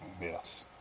Yes